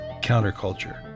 counterculture